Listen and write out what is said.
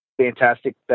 fantastic